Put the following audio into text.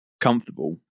comfortable